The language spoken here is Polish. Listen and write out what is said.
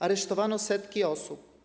Aresztowano setki osób.